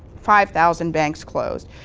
five thousand banks close,